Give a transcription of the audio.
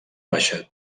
baixa